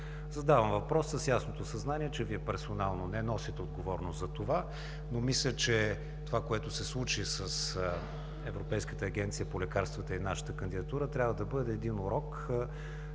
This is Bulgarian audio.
Задавам въпроса с ясното съзнание, че Вие персонално не носите отговорност, но мисля, че това, което се случи с Европейската агенция по лекарствата и нашата кандидатура, трябва да бъде един урок